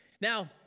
Now